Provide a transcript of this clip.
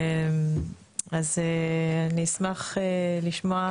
אני אשמח לשמוע,